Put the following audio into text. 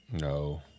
No